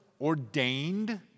ordained